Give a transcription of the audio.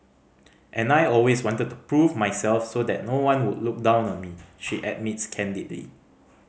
and I always wanted to prove myself so that no one would look down on me she admits candidly